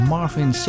Marvin